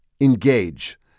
Engage